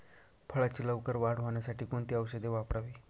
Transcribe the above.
फळाची लवकर वाढ होण्यासाठी कोणती औषधे वापरावीत?